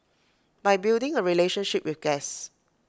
by building A relationship with guests